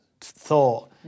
thought